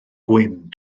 gwyn